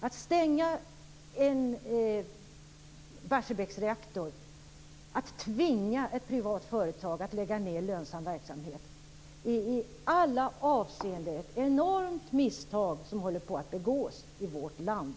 Att stänga en Barsebäcksreaktor, att tvinga ett privat företag att lägga ned lönsam verksamhet, är i alla avseenden ett enormt misstag som håller på att begås i vårt land.